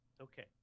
Okay